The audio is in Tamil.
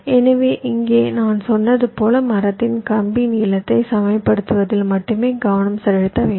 எனவே இங்கே நான் சொன்னது போல் மரத்தின் கம்பி நீளத்தை சமப்படுத்துவதில் மட்டுமே கவனம் செலுத்த வேண்டும்